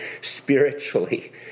spiritually